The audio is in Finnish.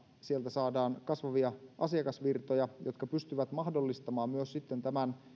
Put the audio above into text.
sieltä saadaan kasvavia asiakasvirtoja jotka pystyvät mahdollistamaan myös sitten tämän